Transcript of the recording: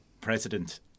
president